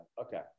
Okay